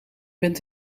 bent